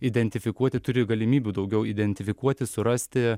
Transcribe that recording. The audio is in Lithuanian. identifikuoti turi galimybių daugiau identifikuoti surasti